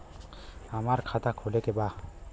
हमार खाता खोले के बा?